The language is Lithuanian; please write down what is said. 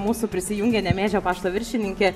mūsų prisijungė nemėžio pašto viršininkė